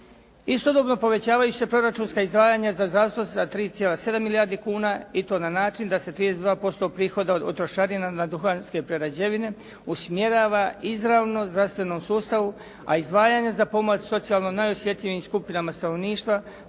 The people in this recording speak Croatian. Istodobno povećavaju se proračunska izdvajanja za zdravstvo sa 3,7 milijardi kuna i to na način da se 32% prihoda od trošarina na duhanske prerađevine usmjerava izravno zdravstvenom sustavu, a izdvajanje za pomoć socijalno najosjetljivijim skupinama stanovništva